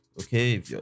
Okay